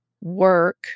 work